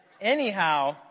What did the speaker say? Anyhow